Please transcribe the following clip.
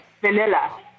vanilla